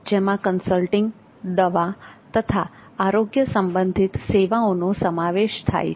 જેમાં કન્સલ્ટિંગ દવા તથા આરોગ્ય સંબંધિત સેવાઓનો સમાવેશ થાય છે